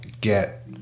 get